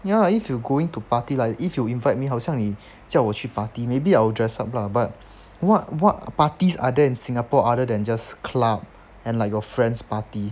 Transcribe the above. ya if you going to party like if you invite me 好像你叫我去 party maybe I will dress up lah but what what parties are there in singapore other than just club and like your friend's party